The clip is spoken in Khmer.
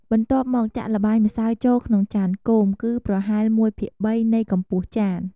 បន្ទាប់មក ចាក់ល្បាយម្សៅចូលក្នុងចានគោម គឺប្រហែល ១ភាគ៣ នៃកម្ពស់ចាន។